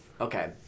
Okay